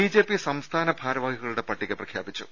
BJP സംസ്ഥാന ഭാരവാഹികളുടെ പട്ടിക പ്രഖ്യാപിച്ചു